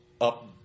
up